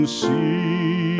see